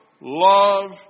love